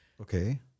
Okay